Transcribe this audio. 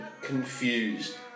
confused